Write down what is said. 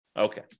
Okay